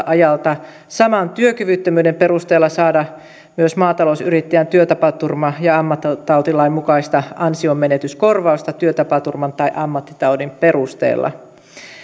ajalta saman työkyvyttömyyden perusteella saada myös maatalousyrittäjän työtapaturma ja ammattitautilain mukaista ansionmenetyskorvausta työtapaturman tai ammattitaudin perusteella